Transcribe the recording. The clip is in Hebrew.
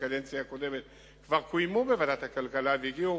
בקדנציה הקודמת כבר קוימו בוועדת הכלכלה והגיעו